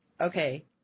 okay